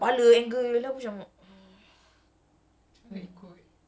macam badan angle tangan angle